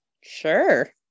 Sure